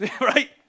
right